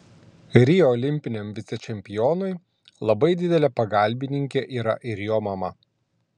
rio olimpiniam vicečempionui labai didelė pagalbininkė yra ir jo mama